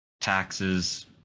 taxes